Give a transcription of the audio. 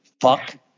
Fuck